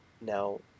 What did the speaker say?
Now